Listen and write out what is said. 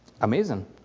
Amazing